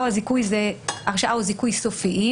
או הזיכוי הם הרשעה או זיכוי סופיים.